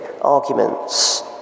arguments